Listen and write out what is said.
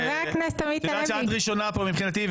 את יודעת שאת ראשונה פה מבחינתי,